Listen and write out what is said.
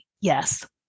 Yes